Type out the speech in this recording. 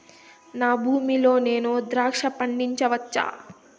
నా భూమి లో నేను ద్రాక్ష పండించవచ్చా?